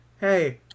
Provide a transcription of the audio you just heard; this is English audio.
hey